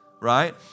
Right